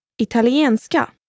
italienska